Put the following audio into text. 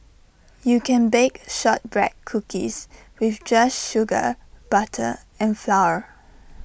you can bake Shortbread Cookies with just sugar butter and flour